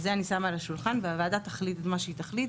ואת זה אני שמה על השולחן והוועדה תחליט מה שהיא תחליט,